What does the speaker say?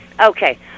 Okay